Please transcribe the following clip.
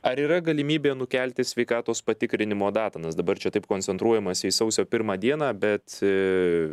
ar yra galimybė nukelti sveikatos patikrinimo datą nes dabar čia taip koncentruojamasi į sausio pirmą dieną bet